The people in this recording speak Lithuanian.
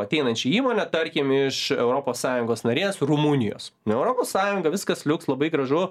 ateinančią įmonę tarkim iš europos sąjungos narės rumunijos europos sąjunga viskas liuks labai gražu